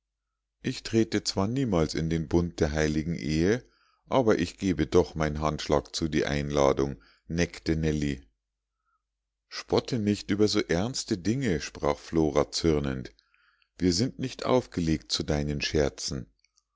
ich trete zwar niemals in den bund der heiligen ehe aber ich gebe doch mein handschlag zu die einladung neckte nellie spotte nicht über so ernste dinge sprach flora zürnend wir sind nicht aufgelegt zu deinen scherzen